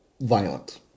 violent